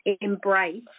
embrace